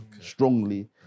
strongly